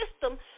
system